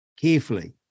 carefully